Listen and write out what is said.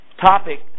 topic